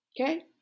Okay